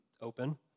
open